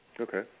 Okay